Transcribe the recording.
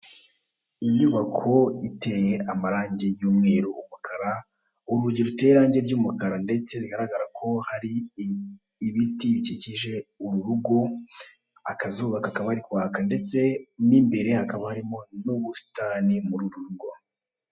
Inyubako iteye amarangi y'umweru, umukara, urugi ruteye irangi ry'umukara ndetse bigaragara ko hari ibiti bikikije uru rugo, akazuba kakaba kari kwaka ndetse n'imbere hakaba harimo ubusitani muri uru rugo.